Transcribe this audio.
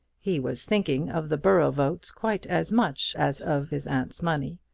he was thinking of the borough votes quite as much as of his aunt's money,